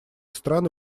страны